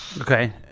Okay